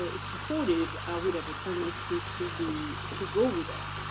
ah supportive i would have a tendency to be to go with them.